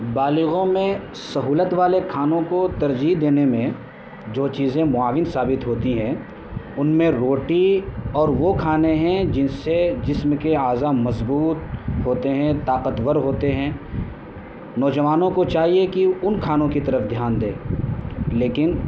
بالغوں میں سہولت والے کھانوں کو ترجیح دینے میں جو چیزیں معاون ثابت ہوتی ہیں ان میں روٹی اور وہ کھانے ہیں جن سے جسم کے اعضاء مضبوط ہوتے ہیں طاقتور ہوتے ہیں نوجوانوں کو چاہیے کہ ان کھانوں کی طرف دھیان دیں لیکن